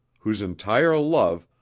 whose entire love,